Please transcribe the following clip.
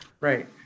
Right